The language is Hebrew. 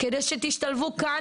כדי שתשלבו כאן,